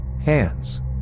Hands